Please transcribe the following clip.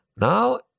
Now